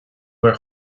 mar